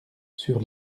sur